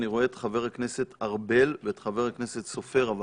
אני רואה את חבר הכנסת ארבל ואת חבר הכנסת סופר.